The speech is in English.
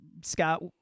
Scott